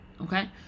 Okay